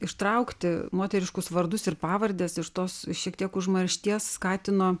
ištraukti moteriškus vardus ir pavardes iš tos šiek tiek užmaršties skatino